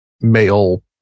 male